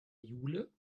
jule